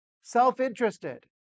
Self-interested